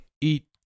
eat